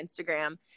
Instagram